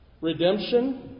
redemption